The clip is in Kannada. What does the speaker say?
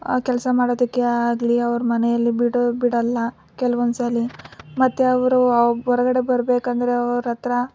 ಆ ಕೆಲಸ ಮಾಡೋದಕ್ಕೆ ಆಗಲಿ ಅವ್ರ ಮನೆಯಲ್ಲಿ ಬಿಡು ಬಿಡೋಲ್ಲ ಕೆಲವೊಂದ್ಸಲ ಮತ್ತು ಅವರು ಹೊರಗಡೆ ಬರಬೇಕಂದ್ರೆ ಅವ್ರ ಹತ್ತಿರ